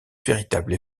véritable